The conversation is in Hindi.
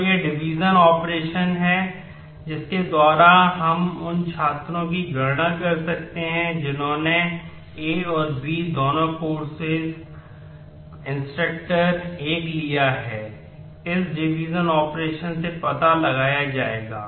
तो यह डिवीजन ऑपरेशन से पता लगाया जाएगा